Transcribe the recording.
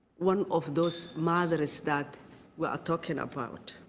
one of those mothers that we are talking about.